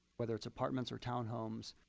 whether it's apartments or townhomes,